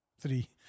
three